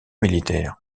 militaires